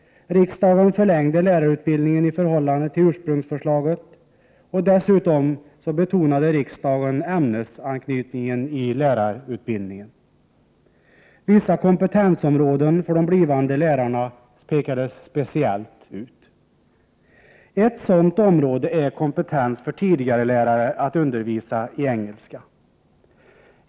Riksdagen förlängde lärarutbildningen i förhållande till ursprungsförslaget. Dessutom betonade riksdagen ämnesanknytningen i lärarutbildningen. Vissa kompetensområden för de blivande lärarna pekades speciellt ut. Ett sådant område är kompetens för de s.k. tidigarelärarna att undervisa i engelska.